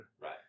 right